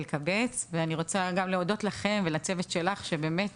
אני רוצה גם להודות לכם ולצוות שלך שבאמת